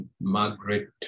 Margaret